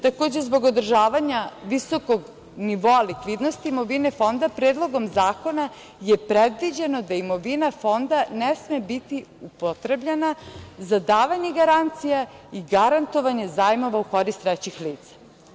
Takođe, zbog održavanja visokog nivoa likvidnosti imovine fonda, Predlogom zakona je predviđeno da imovina fonda ne sme biti upotrebljena za davanje garancija i garantovanje zajmova u korist trećih lica.